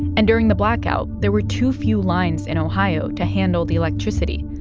and during the blackout, there were too few lines in ohio to handle the electricity.